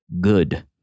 Good